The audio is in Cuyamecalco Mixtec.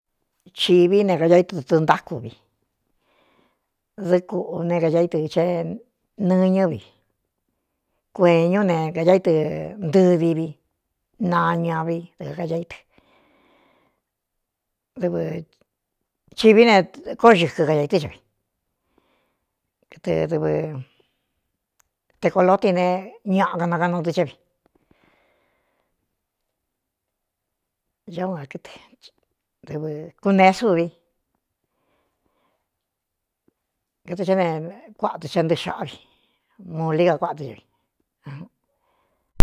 Chiví ne kaya ítɨ ɨ̄tɨɨ ntáku vi dɨ́ kuꞌu ne kaa ítɨ ché nɨñɨ́ vi kueeñú ne kaya ítɨ ntɨdiví nañua vi dɨkkaya í tɨ vchīví ne kóó xɨkɨ kaā i tɨ́ co vi kɨtɨ dɨvɨ te koló ti ne ñaꞌa kanakánadɨ́ ché vi a ú nakɨ dɨvɨ kuneé súvi katɨ é ne kuaꞌatu xhe ntɨɨ xaꞌá vi mu lí ka kuāꞌa tɨ cha vi.